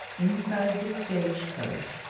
inside the stagecoach,